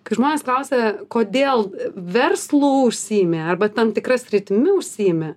kai žmonės klausia kodėl verslu užsiimi arba tam tikra sritimi užsiimi